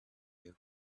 you